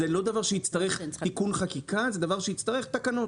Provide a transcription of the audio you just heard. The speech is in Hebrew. שהוא הציע זה הכי ישים,